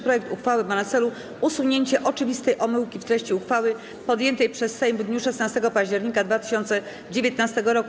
Projekt uchwały ma na celu usunięcie oczywistej omyłki w treści uchwały podjętej przez Sejm w dniu 16 października 2019 r.